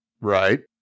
Right